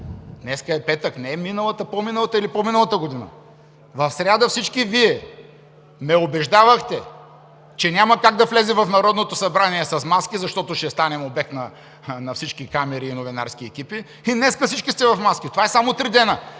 днес е петък, не миналата, по-миналата или по-миналата година, в сряда всички Вие ме убеждавахте, че няма как да влезем в Народното събрание с маски, защото ще станем обект на всички камери и новинарски екипи и днес всички сте в маски. Това са само три дни!